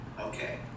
okay